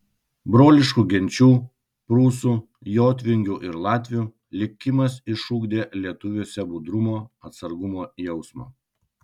broliškų genčių prūsų jotvingių ir latvių likimas išugdė lietuviuose budrumo atsargumo jausmą